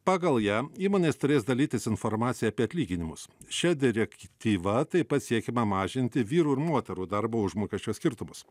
pagal ją įmonės turės dalytis informacija apie atlyginimus šia direktyva taip pat siekiama mažinti vyrų ir moterų darbo užmokesčio skirtumus